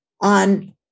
on